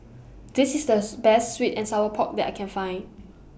This IS The Best Sweet and Sour Pork that I Can Find